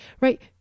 right